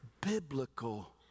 biblical